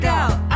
out